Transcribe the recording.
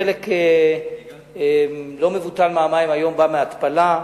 חלק לא מבוטל מהמים היום בא מהתפלה,